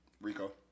Rico